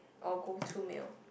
or go to meal